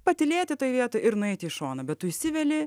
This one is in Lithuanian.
patylėti toj vietoj ir nueiti į šoną bet tu įsiveli